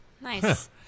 Nice